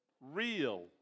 real